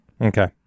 Okay